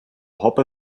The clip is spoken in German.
hoppe